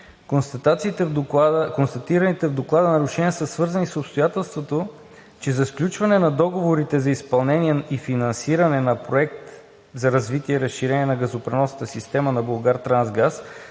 Констатираните в доклада нарушения са свързани с обстоятелството, че за сключване на договорите за изпълнение и финансиране на Проект за развитие и разширение на газопреносната система на „Булгартрансгаз“